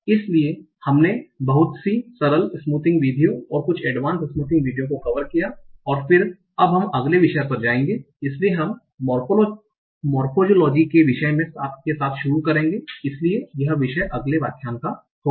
इसलिए हमने बहुत सी सरल स्मूथींग विधियों और कुछ एडवांस्ड स्मूथिंग विधियों को कवर किया और फिर अब हम अगले विषय पर जाएंगे इसलिए हम मोरफोलोजी के विषय के साथ शुरू करेंगे इसलिए यह विषय अगले व्याख्यान का होगा